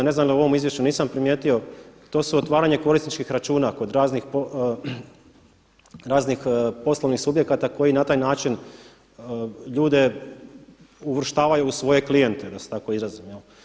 Ne znam je li u ovom izvješću, nisam primijetio to su otvaranje korisničkih računa kod raznih poslovnih subjekata koji na taj način ljude uvrštavaju u svoje klijente da se tako izrazim.